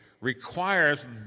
requires